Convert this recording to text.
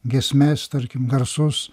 giesmes tarkim garsus